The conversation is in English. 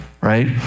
right